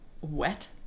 wet